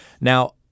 Now